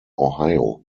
ohio